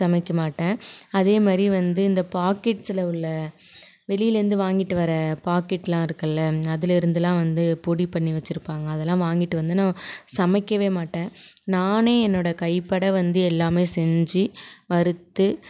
சமைக்க மாட்டேன் அதே மாதிரி வந்து இந்த பாக்கெட்ஸில் உள்ள வெளிலேருந்து வாங்கிட்டு வர பாக்கெட்டெலாம் இருக்குல்லை அதிலிருந்துலாம் வந்து பொடி பண்ணி வச்சுருப்பாங்க அதெல்லாம் வாங்கிட்டு வந்து நான் சமைக்கவே மாட்டேன் நானே என்னோடய கைப்பட வந்து எல்லாமே செஞ்சு வறுத்து